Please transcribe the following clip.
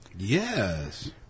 Yes